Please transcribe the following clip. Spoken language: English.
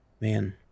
Man